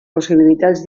possibilitats